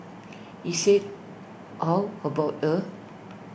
he said how about her